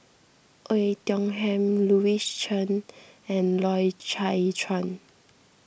Oei Tiong Ham Louis Chen and Loy Chye Chuan